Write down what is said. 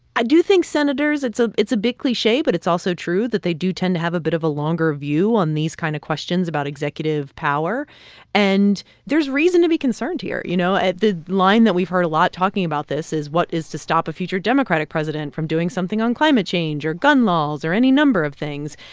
i do think senators it's a it's a big cliche, but it's also true that they do tend to have a bit of a longer view on these kind of questions about executive power and there's reason to be concerned here. you know, and the line that we've heard a lot talking about this is what is to stop a future democratic president from doing something on climate change or gun laws or any number of things.